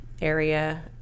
area